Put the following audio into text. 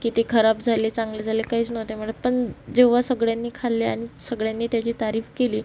की ते खराब झाले चांगले झाले काहीच नव्हते म्हणत पण जेव्हा सगळ्यांनी खाल्ले आणि सगळ्यांनी त्याची तारीफ केली